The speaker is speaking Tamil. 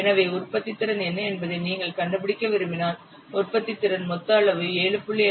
எனவே உற்பத்தித்திறன் என்ன என்பதை நீங்கள் கண்டுபிடிக்க விரும்பினால் உற்பத்தித்திறன் மொத்த அளவு 7